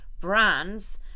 brands